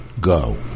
go